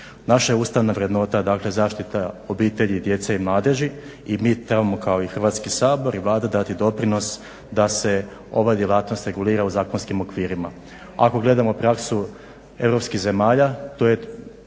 Naša je ustavna vrednota dakle zaštita obitelji, djece i mladeži i mi trebamo kao i Hrvatski sabor i Vlada dati doprinos da se ova djelatnost regulira u zakonskim okvirima. Ako gledamo praksu europskih zemalja to je